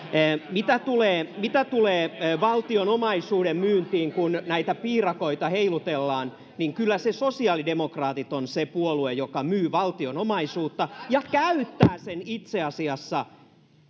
kuin keskusta tekee mitä tulee valtion omaisuuden myyntiin niin kun näitä piirakoita heilutellaan kyllä sosiaalidemokraatit on se puolue joka myy valtion omaisuutta ja käyttää sen itse asiassa